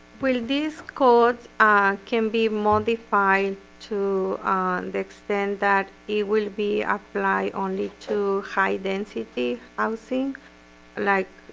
will these codes ah can be modified to extend that it will be applied only to high-density housing like